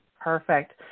Perfect